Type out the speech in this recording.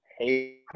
Hey